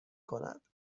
کند